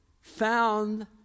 found